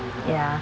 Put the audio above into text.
ya